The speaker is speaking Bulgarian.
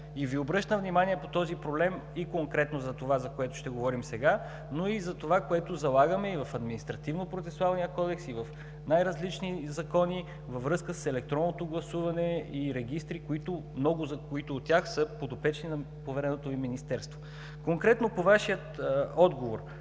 Обръщам Ви внимание на този проблем и конкретно върху това, за което говорим сега, но и върху това, което залагаме в Административнопроцесуалния кодекс и в най-различни закони във връзка с електронното гласуване и регистри, много от които са подопечни на повереното Ви министерство. Конкретно по Вашия отговор.